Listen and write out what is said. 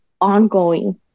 ongoing